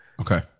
Okay